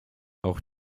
auch